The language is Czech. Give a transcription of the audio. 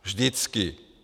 Vždycky.